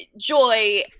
joy